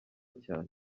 cyane